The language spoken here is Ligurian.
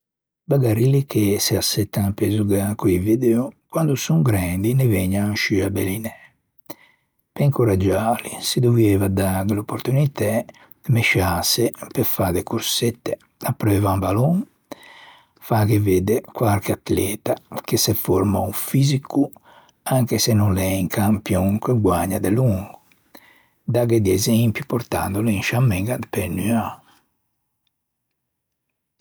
Bagarilli che se assettan pe zugâ co-i video, quande son grendi ne vëgnan sciù abbellinæ. Pe incoraggiâli se dovieiva dâghe l'opportunitæ de mesciâse, fâ de corsette apreuvo à un ballon, fâghe vedde quarche atleta che s'é formou o fixico anche se no l'é un campion ch'o guägna delongo. Dâghe di esempi, portandolo in sciâ mæña pe nuâ.